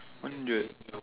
hundred